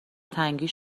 تنگی